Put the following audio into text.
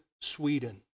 Sweden